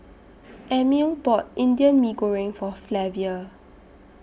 Emil bought Indian Mee Goreng For Flavia